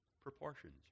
proportions